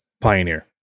pioneer